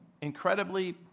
incredibly